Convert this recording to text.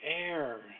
air